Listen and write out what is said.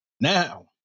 Now